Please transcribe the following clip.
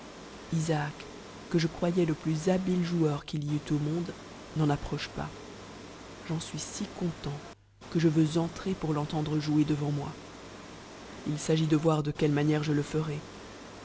que je croyais le plus habile joueur qu'il y eût au monde n'en approche pas j'en suis si content que je veux entrer pour l'entendre jouer devant moi i s'agit de voir de quelle manière je le ferai